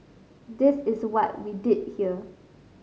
this is what we did here